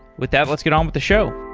with that, let's get on with the show.